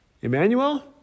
Emmanuel